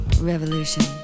revolution